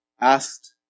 asked